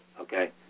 okay